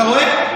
אתה רואה,